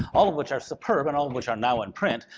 all of which are superb, and all of which are now in print,